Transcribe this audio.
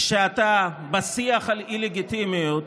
כשאתה בשיח על אי-לגיטימיות